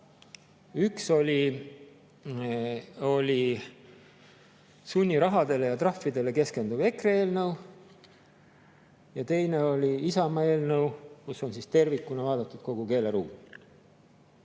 Üks oli sunnirahadele ja trahvidele keskenduv EKRE eelnõu ja teine oli Isamaa eelnõu, kus on tervikuna vaadatud kogu keeleruumi.